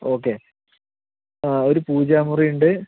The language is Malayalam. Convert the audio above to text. ഓക്കെ ആ ഒര് പൂജാമുറി ഉണ്ട്